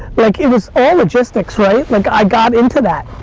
like it was all logistics, right? like i got into that.